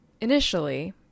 Initially